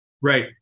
Right